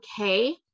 okay